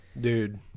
Dude